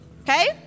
okay